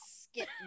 Skip